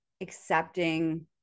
accepting